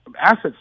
assets